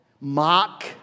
mock